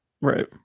Right